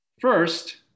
First